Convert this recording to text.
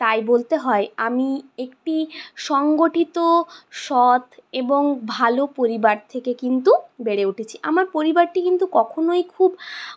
তাই বলতে হয় আমি একটি সংগঠিত সৎ এবং ভালো পরিবার থেকে কিন্তু বেড়ে উঠেছি আমার পরিবারটি কিন্তু কখনোই খুব